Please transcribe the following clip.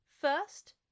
first